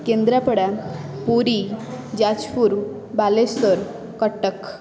Kendrapara Puri Jajpur Balasore Cuttack